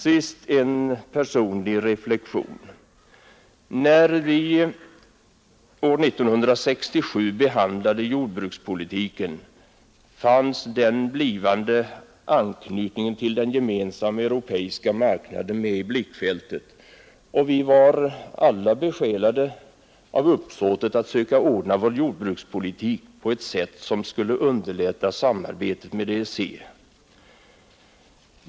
Sist en personlig reflexion. När vi år 1967 behandlade jordbrukspolitiken, fanns den blivande anknytningen till den gemensamma europeiska marknaden med i blickfältet, och vi var alla besjälade av uppsåtet att söka ordna vår jordbrukspolitik på ett sätt som skulle underlätta samarbetet med EEC.